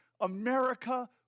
America